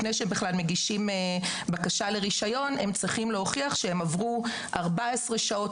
מגישים בקשה לרישיון הם צריכים להוכיח שהם עברו 14 שעות